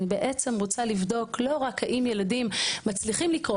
אני בעצם רוצה לבדוק לא רק האם ילדים מצליחים לקרוא,